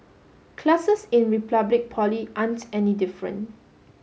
classes in Republic Poly aren't any different